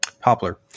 Poplar